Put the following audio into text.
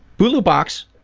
bulu box,